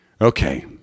okay